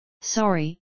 Sorry